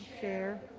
share